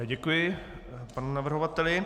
Já děkuji panu navrhovateli.